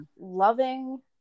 loving